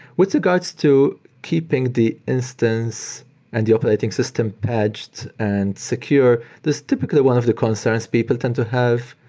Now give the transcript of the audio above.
with regards to keeping the instance and the operating system patched and secure, there's typically one of the concerns people tend to have.